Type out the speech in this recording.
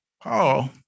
Paul